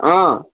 অঁ